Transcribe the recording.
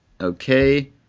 Okay